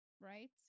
right